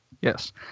yes